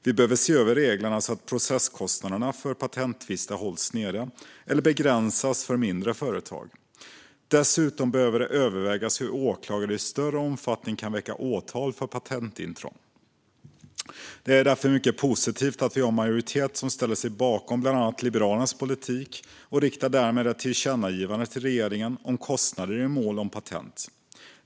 Vi behöver se över reglerna så att processkostnaderna för patenttvister hålls nere eller begränsas för mindre företag. Dessutom behöver det övervägas hur åklagare i större omfattning kan väcka åtal för patentintrång. Det är därför mycket positivt att vi har en majoritet som ställer sig bakom bland annat Liberalernas politik och därmed stöder förslaget till ett tillkännagivande till regeringen om kostnader i mål om patent.